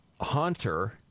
Hunter